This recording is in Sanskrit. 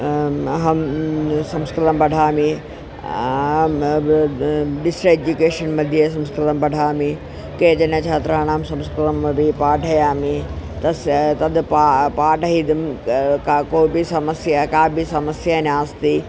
आम् अहं संस्कृतं पठामि डिस्ट्रेज्युकेशन्मध्ये संस्कृतं पठामि केचन छात्राणां संस्कृतम् अपि पाठयामि तस्य तद् पा पाठयितुं का कोपि समस्या कापि समस्या नास्ति